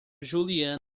juliana